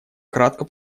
кратко